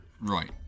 Right